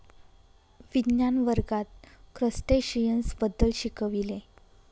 विज्ञान वर्गात क्रस्टेशियन्स बद्दल शिकविले